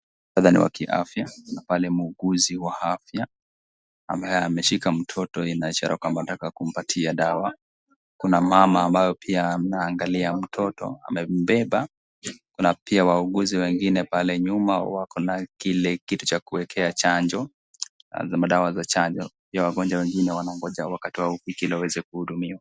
Muktadha ni wa afya na pale mwuguzi w afya ambaye ameshika mtoto inaashiria ya kwamba anataka kumpatia dawa. Kuna mama ambaye pia anaangalia mtoto anayembeba. Kuna pia wauguzi wengine pale nyuma wako na kile kitu cha kuwekea chanjo, madawa za chanjo. Pia wagonjwa wengine wanangoja wakati wao ufike ili waweze kuhudumiwa.